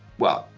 well,